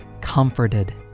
comforted